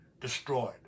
destroyed